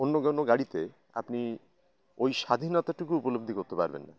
অন্য কোনও গাড়িতে আপনি ওই স্বাধীনতাটুকু উপলব্ধি করতে পারবেন না